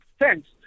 Thanks